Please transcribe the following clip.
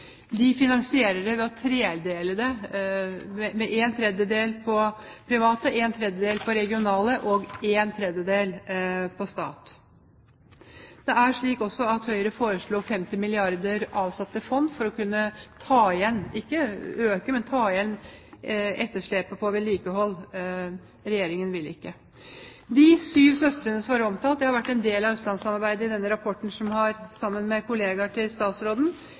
De finansierer det ved å tredele, med en tredel på private, en tredel på de regionale og en tredel på staten. Det er slik at Høyre foreslo å avsette 50 milliarder kr i fond for å kunne ta igjen – ikke øke, men ta igjen – etterslepet på vedlikehold. Regjeringen vil ikke. «De syv søstre» som har vært omtalt i rapporten fra Østlandssamarbeidet, hvor man sammen med kollegaer av statsråden har